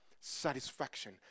satisfaction